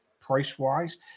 price-wise